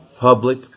public